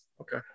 Okay